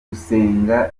gusenga